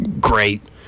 Great